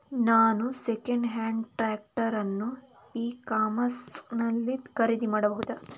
ನಾನು second hand tractor ಅನ್ನು e commerce ನಲ್ಲಿ ಖರೀದಿ ಮಾಡಬಹುದಾ?